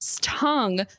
tongue